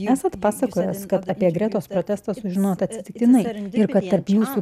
esat pasakojęs kad apie gretos protestą sužinos atsitiktinai ir kad tarp jūsų